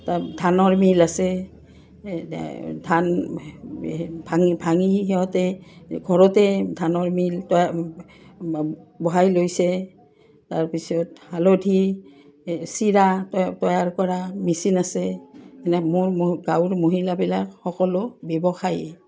তাত ধানৰ মিল আছে ধান এই ভাঙি ভাঙি সিহঁতে ঘৰতে ধানৰ মিল বহাই লৈছে তাৰপিছত হালধি চিৰা তৈয়াৰ কৰা মেচিন আছে এনে মোৰ মোৰ গাঁৱৰ মহিলাবিলাক সকলো ব্যৱসায়ী